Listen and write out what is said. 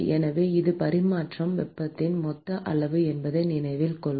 எனவே இது பரிமாற்றப்படும் வெப்பத்தின் மொத்த அளவு என்பதை நினைவில் கொள்க